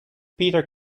peter